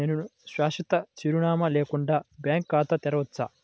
నేను శాశ్వత చిరునామా లేకుండా బ్యాంక్ ఖాతా తెరవచ్చా?